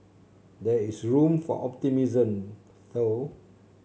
there is room for optimism though